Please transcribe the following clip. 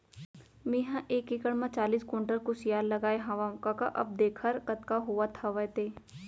मेंहा एक एकड़ म चालीस कोंटल कुसियार लगाए हवव कका अब देखर कतका होवत हवय ते